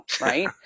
Right